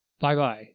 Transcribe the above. Bye-bye